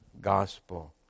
gospel